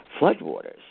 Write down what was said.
floodwaters